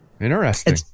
interesting